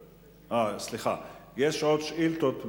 יש עוד שאילתות,